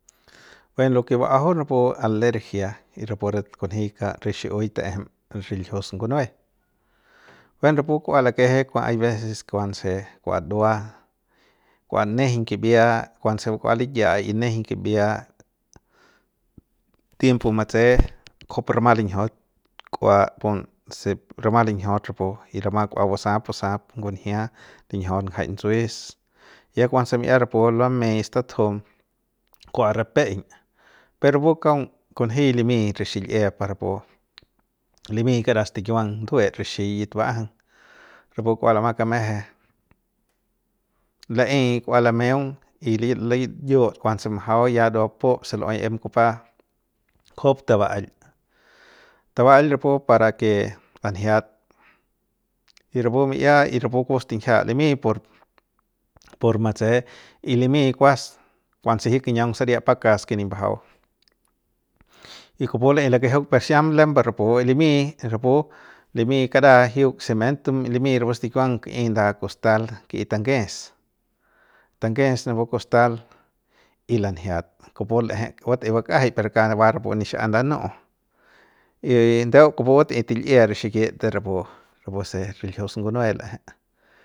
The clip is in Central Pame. Buen lo ke bajau napu alergia y rapu rekunji kat re xi'iuik taejem riljius ngunue buen rapu kua lakeje kua hay veces kuanse kua dua kua nejeñ kibia kuanse kua liya y nejeiñ kibia tiempo matse kujupu rama linjiaut kua punse rama linjiaut rapu y rama kua basap basap ngunjia linjiaut jai nduces ya kuanse mi'ia rapu lamei statujum kua rape'iñ per rapu kaung kunji limy re xil'ie par rapu limi kara stikiuang nduet rixi yit ba'ajang rapu kua lama kameje laey kua lameung y li li liyiut kuanse majau ya ndua pup se em kupa kujup taba'ail tabail rapu para ke lanjiat y rapu mi'ia y rapu kupu stinjia limi por por matse y limy kuas kuanse jiuk kiñiaung saria pakas ke nip mbajau y kupu laey lakejeuk pe xiam lembe rapu y limi rapu limi kara jiuk se mep ndu limi rapu stikiuang ki'i nda kustal ki'i tanges tanges napu kustal y lanjiat kupu l'eje ke batꞌei bak'ajai per kau va rapu nixiap lanu y ndeu kupu bat'ei til'ie re xikit de rapu rapu se riljius ngunue l'eje.